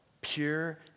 pure